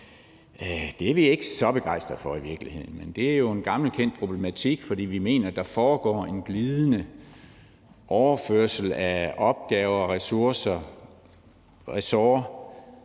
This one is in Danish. Det er vi ikke så begejstrede for i virkeligheden. Men det er jo en gammel, kendt problematik, for vi mener, at der foregår en glidende overførsel af opgaver, ressourcer og ressorter